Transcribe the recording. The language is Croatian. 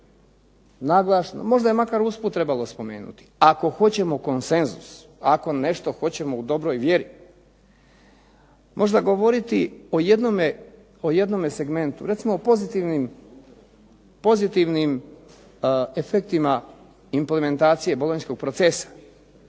hoćete, možda bi makar usput trebalo spomenuti, ako hoćemo konsenzus ako hoćemo nešto u dobroj vjeri možda govoriti o jednome segmentu. Recimo pozitivnim efektima implementacije bolonjskog procesa,